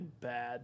bad